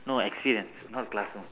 no experience not classroom